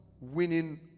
winning